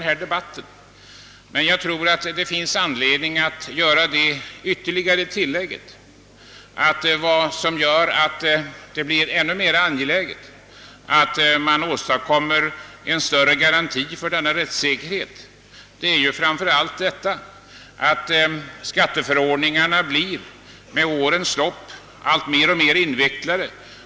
Jag tror dock att det finns anledning att göra det ytterligare tillägget, att det är framför allt ett förhållande som gör att det blir alltmer angeläget att åstadkomma en större garanti för denna rättssäkerhet, nämligen att skatteförordningarna med årens lopp blir mer och mer invecklade.